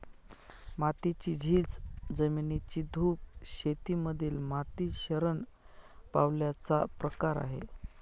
मातीची झीज, जमिनीची धूप शेती मधील माती शरण पावल्याचा प्रकार आहे